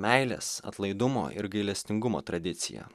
meilės atlaidumo ir gailestingumo tradicija